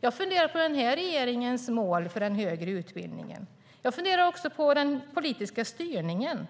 Jag funderar på den nuvarande regeringens mål för den högre utbildningen. Jag funderar också på den politiska styrningen.